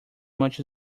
much